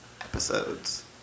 episodes